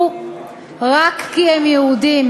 חשודים.